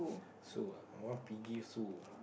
so err my one piggy Sue